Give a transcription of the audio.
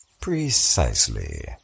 Precisely